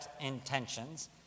intentions